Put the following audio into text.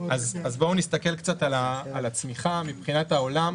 נסתכל קצת על הצמיחה מבחינת העולם.